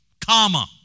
Comma